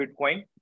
Bitcoin